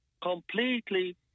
completely